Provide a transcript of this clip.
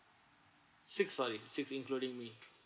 six sorry six including me